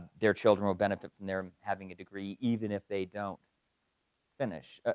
their children will benefit from there having a degree even if they don't finish,